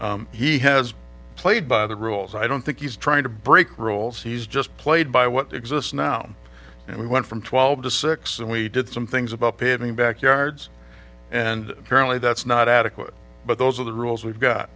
he has played by the rules i don't think he's trying to break rules he's just played by what exists now and we went from twelve to six and we did some things about paving back yards and apparently that's not adequate but those are the rules we've got